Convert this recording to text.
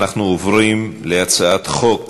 אנחנו עוברים להצעת חוק